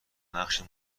نقش